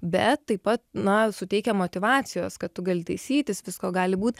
bet taip pat na suteikia motyvacijos kad tu gali taisytis visko gali būt